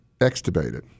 extubated